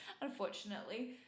unfortunately